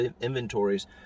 inventories